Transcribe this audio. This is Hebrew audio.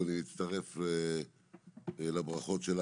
אני מצטרף לברכות על